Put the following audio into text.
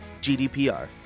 GDPR